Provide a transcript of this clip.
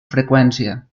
freqüència